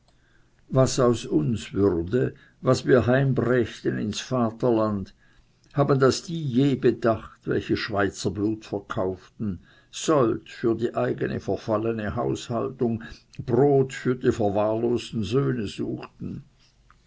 was aus uns würde was wir heim brächten ins vaterland haben das die je bedacht welche schweizerblut verkauften sold für die eigene verfallene haushaltung brot für die verwahrlosten söhne suchten